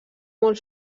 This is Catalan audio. molt